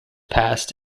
passed